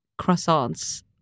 croissants